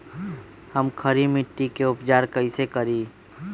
हम खड़ी मिट्टी के उपचार कईसे करी?